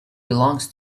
belongs